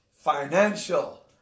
Financial